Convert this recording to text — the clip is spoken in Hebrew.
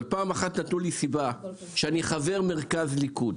אבל פעם אחת נתנו לי סיבה שאני חבר מרכז ליכוד,